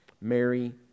Mary